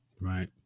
Right